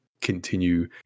continue